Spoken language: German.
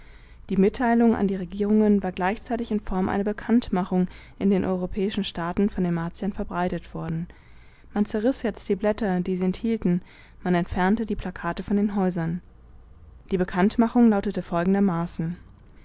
die mitteilung an die regierungen war gleichzeitig in form einer bekanntmachung in den europäischen staaten von den martiern verbreitet worden man zerriß jetzt die blätter die sie enthielten man entfernte die plakate von den häusern die bekanntmachung lautete folgendermaßen